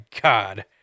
God